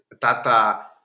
Tata